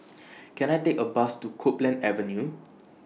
Can I Take A Bus to Copeland Avenue